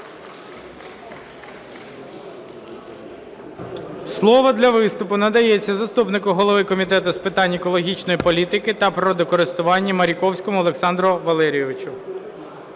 Слово для виступу надається заступнику голови Комітету з питань екологічної політики та природокористування Маріковському Олександру Валерійовичу.